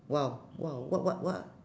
!wow! !wow! what what what